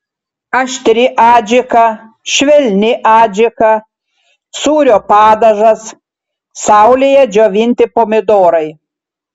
aštri adžika švelni adžika sūrio padažas saulėje džiovinti pomidorai